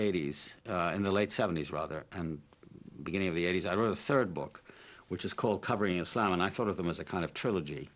eighty's in the late seventies rather and beginning of the eighty's i wrote a third book which is called covering islam and i thought of them as a kind of trilogy